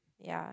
ya